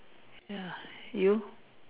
ya you